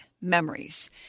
memories